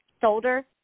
shoulder